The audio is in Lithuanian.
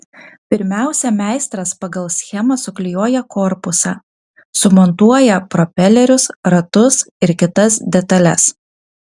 pirmiausia meistras pagal schemą suklijuoja korpusą sumontuoja propelerius ratus ir kitas detales